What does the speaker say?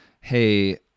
Hey